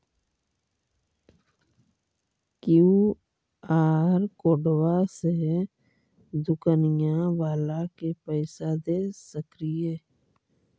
QR कोडबा से दुकनिया बाला के पैसा दे सक्रिय?